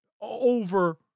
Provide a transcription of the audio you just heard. over